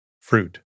Fruit